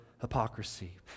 hypocrisy